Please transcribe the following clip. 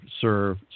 serve